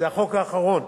זה החוק האחרון.